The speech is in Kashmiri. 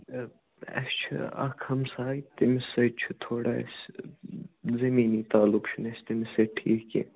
اَ اَسہِ چھُ اَکھ ہمساے تٔمِس سۭتۍ چھُ تھوڑا اَسہِ زمیٖنی تعلُق چھُ نہٕ اَسہِ تٔمِس سۭتۍ ٹھیٖکھ کیٚنٛہہ